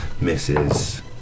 misses